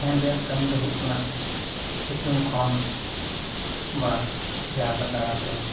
fan ᱨᱮᱭᱟᱜ ᱠᱟᱹᱢᱤᱫᱚ ᱦᱩᱭᱩᱜ ᱠᱟᱱᱟ ᱥᱤᱛᱤᱩᱝ ᱠᱷᱚᱱ ᱵᱟ ᱡᱟᱦᱟᱸ ᱠᱷᱚᱡ ᱫᱟᱬᱟᱛᱮ